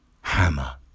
Hammer